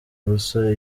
ubusa